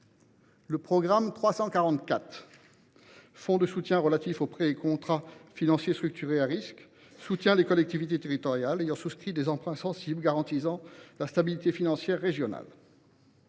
Le programme 344 « Fonds de soutien relatif aux prêts et contrats financiers structurés à risque » soutient les collectivités territoriales ayant souscrit des emprunts sensibles et garantit la stabilité financière régionale.